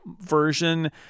version